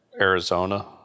Arizona